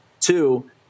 Two